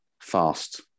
fast